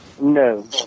No